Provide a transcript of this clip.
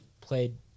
played